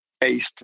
based